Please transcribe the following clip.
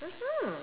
mmhmm